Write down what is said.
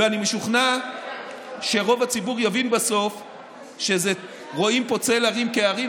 ואני משוכנע שרוב הציבור יבין בסוף שרואים פה צל הרים כהרים,